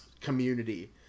community